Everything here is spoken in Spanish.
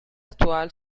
actual